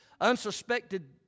Unsuspected